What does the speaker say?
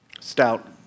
Stout